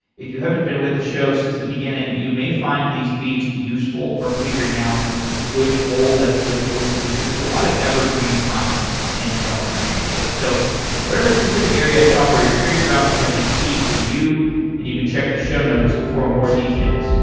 if you haven't been with the show since the beginning you may find these feeds useful for figuring out which old episodes to listen to because there's a lot of evergreen content in software engineering daily. so whatever specific area of software you're curious about, we have a feed for you and you check the show notes for more details.